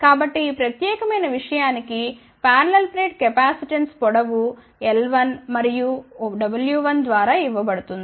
కాబట్టి ఈ ప్రత్యేకమైన విషయానికి పారలల్ ప్లేట్ కెపాసిటెన్స్ పొడవు l1మరియు w1 ద్వారా ఇవ్వబడుతుంది